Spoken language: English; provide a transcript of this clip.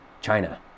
China